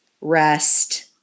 rest